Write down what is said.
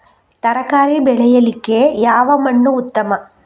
ತರಕಾರಿ ಬೆಳೆಯಲಿಕ್ಕೆ ಯಾವ ಮಣ್ಣು ಉತ್ತಮ?